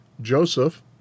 Joseph